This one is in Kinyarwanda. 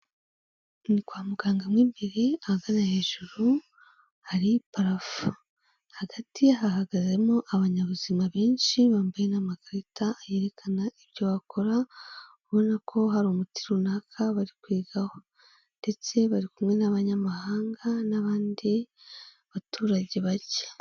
Kwa muganga mo imbere ahagana hejuru hari parafo. Hagati hahagazemo abanyabuzima benshi bambaye n'amakarita yerekana ibyo bakora, ubona ko hari umuti runaka bari kwigaho, ndetse bari kumwe n'Abanyamahanga n'abandi baturage barya.